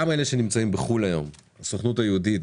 גם אלה שנמצאים בחו"ל היום הסוכנות היהודית,